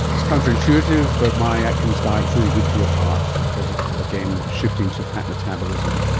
it's counterintuitive, but my atkins diet is really good for your heart because of, again, shifting to fat metabolism.